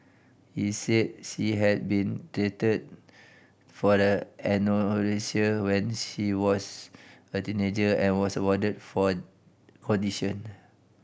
he said she had been treated for a anorexia when she was a teenager and was warded for condition